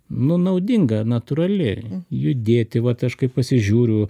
nu naudinga natūrali judėti vat aš kaip pasižiūriu